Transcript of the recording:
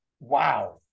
wow